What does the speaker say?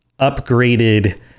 upgraded